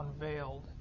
unveiled